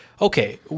okay